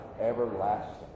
everlasting